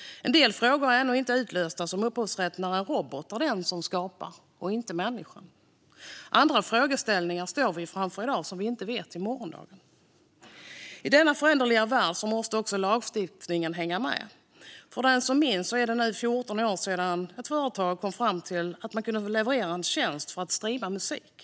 En del frågor är ännu inte lösta, som upphovsrätt när en robot och inte en människa är den som skapat, och vi känner i dag inte till morgondagens frågeställningar. I denna föränderliga värld måste lagstiftningen hänga med. Det är nu 14 år sedan ett företag skapade en tjänst för att streama musik.